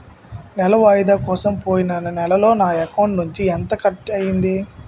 నెల వాయిదా కోసం పోయిన నెలలో నా అకౌంట్ నుండి ఎంత కట్ అయ్యింది?